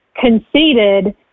conceded